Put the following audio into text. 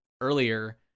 earlier